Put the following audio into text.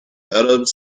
arabs